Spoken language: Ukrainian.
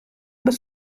без